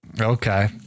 Okay